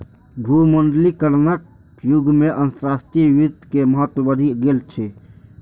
भूमंडलीकरणक युग मे अंतरराष्ट्रीय वित्त के महत्व बढ़ि गेल छै